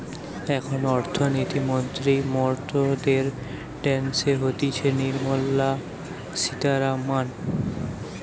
এখন অর্থনীতি মন্ত্রী মরদের ড্যাসে হতিছে নির্মলা সীতারামান